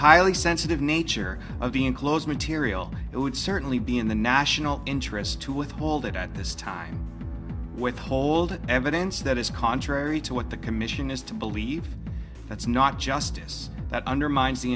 highly sensitive nature of the enclosed material it would certainly be in the national interest to withhold it at this time withholding evidence that is contrary to what the commission is to believe that's not justice that undermines the